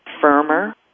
firmer